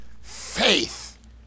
Faith